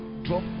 Drop